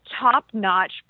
top-notch